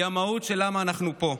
היא המהות של הסיבה שאנחנו פה,